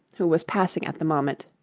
who was passing at the moment,